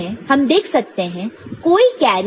हम देख सकते हैं कोई कैरी नहीं है